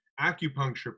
acupuncture